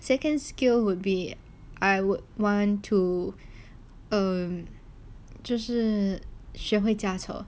second skill would be I would want to um 就是学会驾车